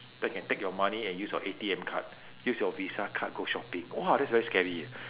they can take your money and use your A_T_M card use your visa card go shopping !wah! that's very scary leh